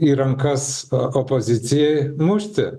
į rankas opozicijai mušti